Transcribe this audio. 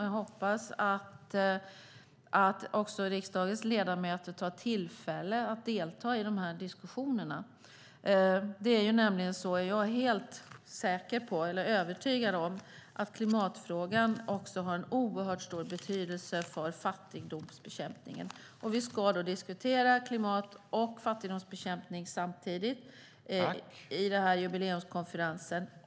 Jag hoppas att också riksdagens ledamöter tar tillfället i akt att delta i de här diskussionerna. Jag är övertygad om att klimatfrågan också har en oerhört stor betydelse för fattigdomsbekämpningen, och vi ska diskutera klimat och fattigdomsbekämpning samtidigt på den här jubileumskonferensen.